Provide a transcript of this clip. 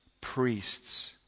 priests